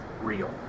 real